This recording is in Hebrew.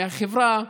מהחברה,